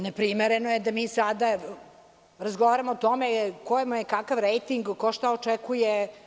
Neprimerene da mi sada razgovaramo o tome kome je takav rejting, ko šta očekuje.